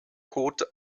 kot